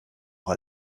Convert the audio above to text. auch